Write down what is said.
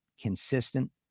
consistent